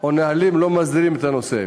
או הנהלים לא מסדירים את הנושא.